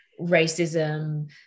racism